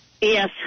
Yes